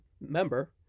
member